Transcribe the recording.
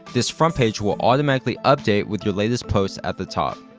this front page will automatically update with your latest post at the top.